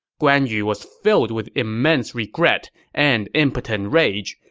guan yu was filled with immense regret and impotent rage,